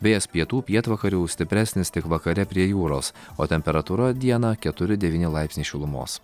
vėjas pietų pietvakarių stipresnis tik vakare prie jūros o temperatūra dieną keturi devyni laipsnius šilumos